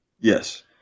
Yes